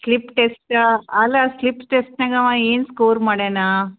clip test ಅಲ್ಲ clip ಟೆಸ್ಟ್ನಾಗ ಅವು ಏನು ಸ್ಕೊರ್ ಮಾಡ್ಯಾನಾ